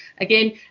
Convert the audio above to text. again